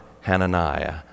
Hananiah